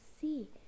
see